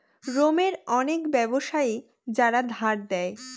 রোমের অনেক ব্যাবসায়ী যারা ধার দেয়